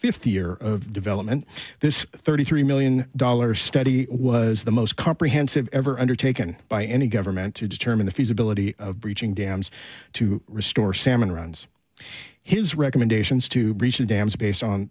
fifth year of development this thirty three million dollars study was the most comprehensive ever undertaken by any government to determine the feasibility of breaching dams to restore salmon runs his recommendations to breach the dams based on